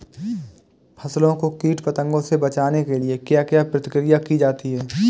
फसलों को कीट पतंगों से बचाने के लिए क्या क्या प्रकिर्या की जाती है?